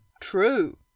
True